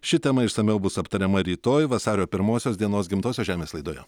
ši tema išsamiau bus aptariama rytoj vasario pirmosios dienos gimtosios žemės laidoje